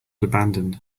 abandoned